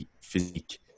physique